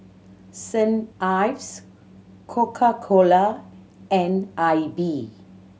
Saint Ives Coca Cola and Aibi